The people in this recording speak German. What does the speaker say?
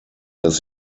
dass